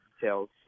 details